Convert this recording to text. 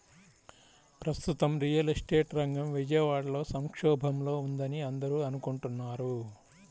ప్రస్తుతం real estate రంగం విజయవాడలో సంక్షోభంలో ఉందని అందరూ అనుకుంటున్నారు